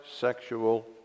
sexual